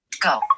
go